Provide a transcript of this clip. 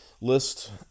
list